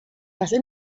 dieses